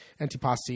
antipasti